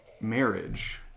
marriage